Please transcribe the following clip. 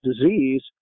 disease